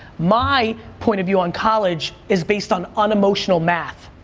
my point of view on college is based on unemotional math.